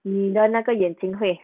你的那个眼睛会